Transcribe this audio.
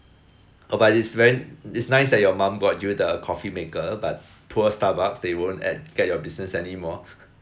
oh but is very is nice that your mom bought you the coffee maker but poor starbucks they won't at get your business anymore